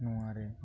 ᱱᱚᱣᱟ ᱨᱮ